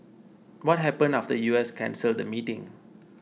what happened after the U S cancelled the meeting